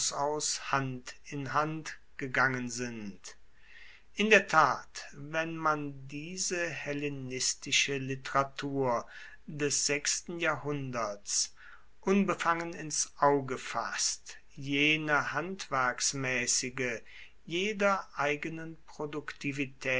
aus hand in hand gegangen sind in der tat wenn man diese hellenistische literatur des sechsten jahrhunderts unbefangen ins auge fasst jene handwerksmaessige jeder eigenen produktivitaet